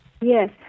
Yes